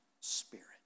spirit